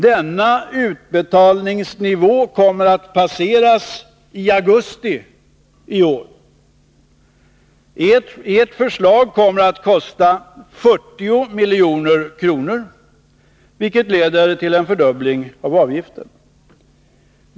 Denna utbetalningsnivå kommer att passeras i augusti i år. Ert förslag kommer att kosta 40 milj.kr., vilket leder till en fördubbling av avgifter.